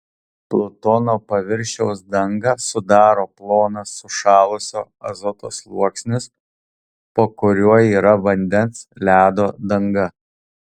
plutono paviršiaus dangą sudaro plonas sušalusio azoto sluoksnis po kuriuo yra vandens ledo danga